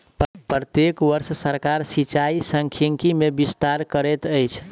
प्रत्येक वर्ष सरकार सिचाई सांख्यिकी मे विस्तार करैत अछि